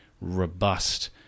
robust